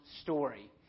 story